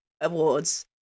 awards